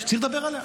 שצריך לדבר עליה.